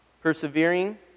Persevering